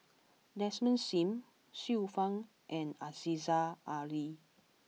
Desmond Sim Xiu Fang and Aziza Ali